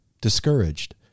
discouraged